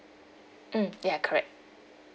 mm ya correct